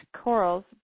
corals